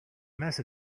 mess